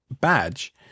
badge